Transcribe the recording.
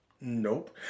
Nope